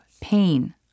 pain